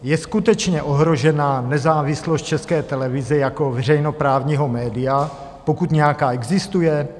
Je skutečně ohrožena nezávislost České televize jako veřejnoprávního média, pokud nějaká existuje?